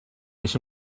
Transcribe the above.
wnes